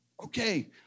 Okay